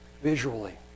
visually